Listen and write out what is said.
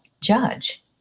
judge